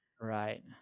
right